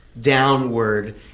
downward